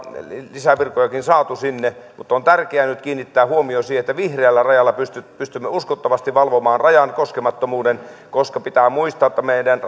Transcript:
lisävirkojakin saatu sinne mutta on tärkeää nyt kiinnittää huomio siihen että vihreällä rajalla pystymme uskottavasti valvomaan rajan koskemattomuuden koska pitää muistaa että meidän